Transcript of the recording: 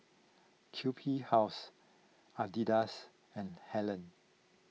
Q B House Adidas and Helen